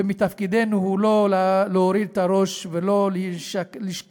ותפקידנו לא להוריד את הראש ולא לשקוע